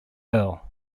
hill